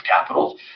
capital